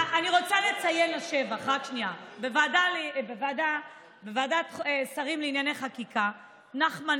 אני רוצה לציין לשבח שבוועדת השרים לענייני חקיקה שנחמן